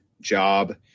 job